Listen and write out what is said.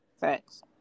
Thanks